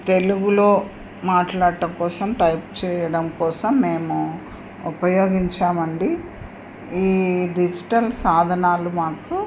తెలుగులో మాట్లాడటం కోసం టైప్ చేయడం కోసం మేము ఉపయోగించామండి ఈ డిజిటల్ సాధనాలు మాకు